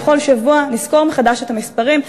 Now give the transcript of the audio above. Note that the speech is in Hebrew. בכל שבוע נסקור מחדש את המספרים,